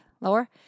Lower